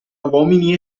uomini